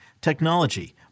technology